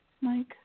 Mike